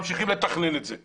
ממשיכים לתכנן את זה.